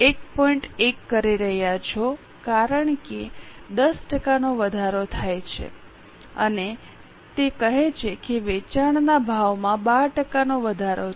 1 કરી રહ્યા છો કારણ કે 10 ટકાનો વધારો થાય છે અને તે કહે છે કે વેચાણના ભાવમાં 12 ટકાનો વધારો છે